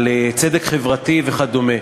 על צדק חברתי וכדומה,